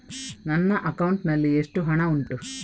ನನ್ನ ಅಕೌಂಟ್ ನಲ್ಲಿ ಎಷ್ಟು ಹಣ ಉಂಟು?